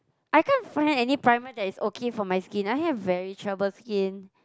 I can't find any primer that is okay for my skin I have very troubled skin